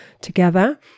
together